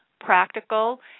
practical